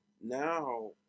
now